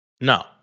no